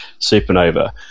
supernova